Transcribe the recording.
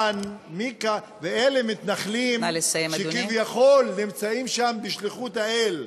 ואלה מתנחלים שכביכול נמצאים שם בשליחות האל.